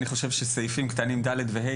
אני חושב שהסעיפים קטנים (ד) ו-(ה)